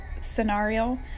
scenario